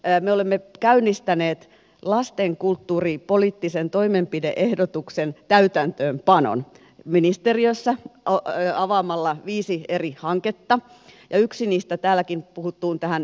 me olemme käynnistäneet lasten kulttuuripoliittisen toimenpide ehdotuksen täytäntöönpanon ministeriössä avaamalla viisi eri hanketta ja yksi niistä on täälläkin puhuttuun päiväkotiasiaan liittyen